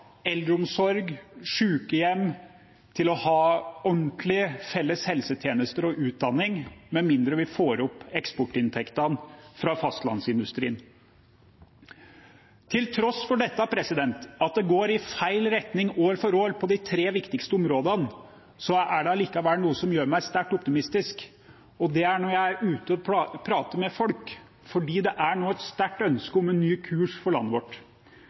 eldreomsorg, sykehjem, ordentlige felles helsetjenester og utdanning, med mindre vi får opp eksportinntektene fra fastlandsindustrien. Til tross for dette, at det går i feil retning år for år på de tre viktigste områdene, er det likevel noe som gjør meg sterkt optimistisk, og det er når jeg er ute og prater med folk. For det er nå et sterkt ønske om en ny kurs for landet vårt.